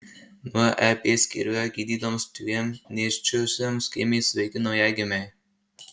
nuo ep skyriuje gydytoms dviem nėščiosioms gimė sveiki naujagimiai